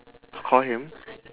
call him